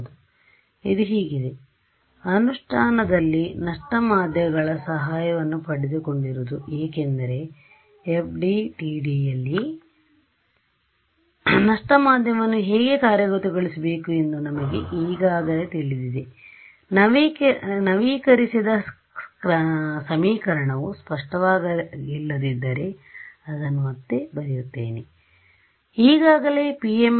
ಆದ್ದರಿಂದ ಇದು ಹೀಗಿದೆ ಅನುಷ್ಠಾನದಲ್ಲಿ ನಷ್ಟಮಾಧ್ಯಮಗಳ ಸಹಾಯವನ್ನು ಪಡೆದುಕೊಂಡಿರುವುದು ಏಕೆಂದರೆ FDTDಯಲ್ಲಿ ನಷ್ಟ ಮಾಧ್ಯಮವನ್ನು ಹೇಗೆ ಕಾರ್ಯಗತಗೊಳಿಸಬೇಕು ಎಂದು ನಮಗೆ ಈಗಾಗಲೇ ತಿಳಿದಿದೆನವೀಕರಿಸಿದ ಸಮೀಕರಣವು ಸ್ಪಷ್ಟವಾಗಿಲ್ಲದಿದ್ದರೆ ಅದನ್ನು ಮತ್ತೆ ಬರೆಯುತ್ತೇನೆ ಆದರೆನಾವು ಈಗಾಗಲೇ PML